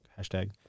hashtag